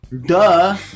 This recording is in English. duh